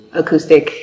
acoustic